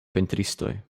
pentristoj